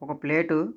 ఒక ప్లేటు